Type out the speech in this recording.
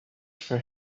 for